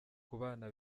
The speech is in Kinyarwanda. kubana